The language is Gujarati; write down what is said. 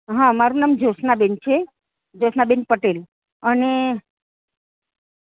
હં મારું નામ જ્યોત્સનાબેન છે જ્યોત્સનાબેન પટેલ અને